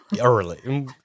Early